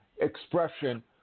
expression